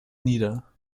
nieder